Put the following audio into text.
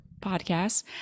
podcast